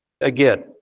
Again